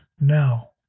now